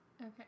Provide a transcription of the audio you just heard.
Okay